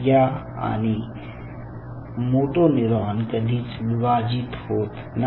या आणि motor neuron कधीच विभाजित होत नाही